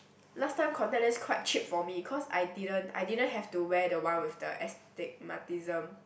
last time contact lens quite cheap for me cause I didn't I didn't have to wear the one with the astigmatism